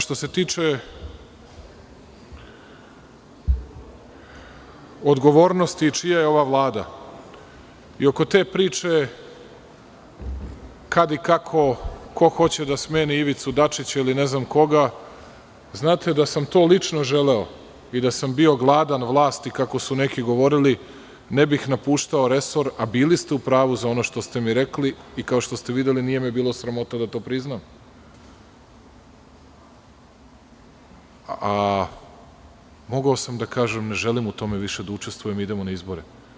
Što se tiče odgovornosti čija je ova Vlada, oko te priče kad i kako, ko hoće da smeni Ivicu Dačića ili ne znam koga, znate, da sam to lično želeo i da sam bio gladan vlasti, kako su neki govorili, ne bih napuštao resor, a bili ste u pravu za ono što ste mi rekli i, kao što ste videli, nije me bilo sramota da to priznam, a mogao sam da kažem – ne želim u tome više da učestvujem, idemo na izbore.